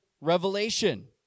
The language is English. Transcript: revelation